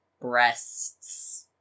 breasts